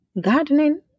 Gardening